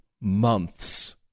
months